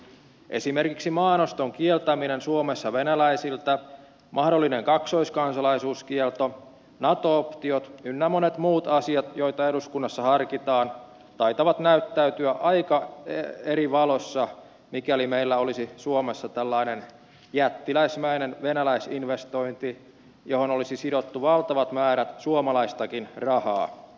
esimerkiksi maanoston kieltäminen suomessa venä läisiltä mahdollinen kaksoiskansalaisuuskielto nato optiot ynnä monet muut asiat joita eduskunnassa harkitaan taitavat näyttäytyä aika eri valossa mikäli meillä olisi suomessa tällainen jättiläismäinen venäläisinvestointi johon olisi sidottu valtavat määrät suomalaistakin rahaa